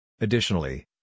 Additionally